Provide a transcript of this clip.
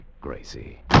Gracie